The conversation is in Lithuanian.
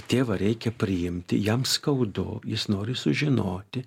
tėvą reikia priimti jam skaudu jis nori sužinoti